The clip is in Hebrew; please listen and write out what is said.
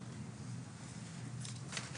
ולאוניברסיטאות.